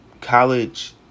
college